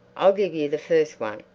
i'll give you the first one.